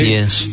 Yes